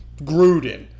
Gruden